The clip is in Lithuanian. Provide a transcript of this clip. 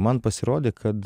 man pasirodė kad